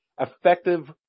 effective